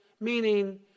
meaning